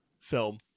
film